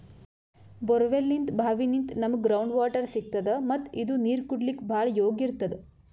ಬೋರ್ವೆಲ್ನಿಂತ್ ಭಾವಿನಿಂತ್ ನಮ್ಗ್ ground water ಸಿಗ್ತದ ಮತ್ತ್ ಇದು ನೀರ್ ಕುಡ್ಲಿಕ್ಕ್ ಭಾಳ್ ಯೋಗ್ಯ್ ಇರ್ತದ್